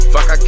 Fuck